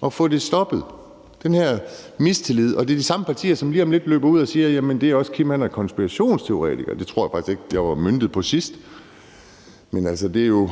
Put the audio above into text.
og få stoppet den her mistillid, og det er de samme partier, som lige om lidt løber ud og siger: Jamen det er også Kim – han er konspirationsteoretiker. Det tror jeg faktisk ikke var møntet på mig sidst, men altså, det er